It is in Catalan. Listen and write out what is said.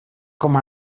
com